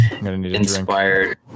inspired